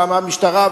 למה המשטרה,